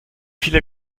viele